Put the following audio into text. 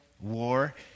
war